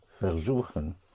Versuchen